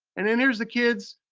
and then there's the kids,